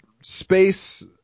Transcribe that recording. space